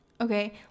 Okay